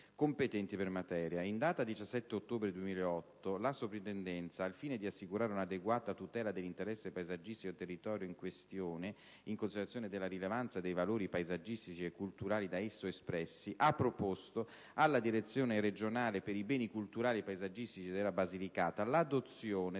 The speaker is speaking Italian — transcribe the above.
competenti per materia. In data 17 ottobre 2008 la Soprintendenza, al fine di assicurare un'adeguata tutela dell'interesse paesaggistico del territorio in questione, in considerazione della rilevanza dei valori paesaggistici e culturali da esso espressi, ha proposto alla Direzione regionale per i beni culturali e paesaggistici della Basilicata l'adozione